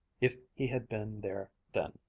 if he had been there then,